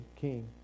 king